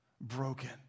broken